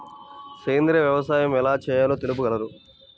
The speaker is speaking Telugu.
సేంద్రీయ వ్యవసాయం ఎలా చేయాలో తెలుపగలరు?